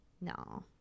No